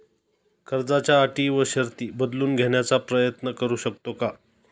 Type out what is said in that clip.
कर्जाच्या अटी व शर्ती बदलून घेण्याचा प्रयत्न करू शकतो का?